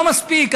לא מספיק,